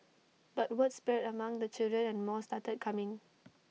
but word spread among the children and more started coming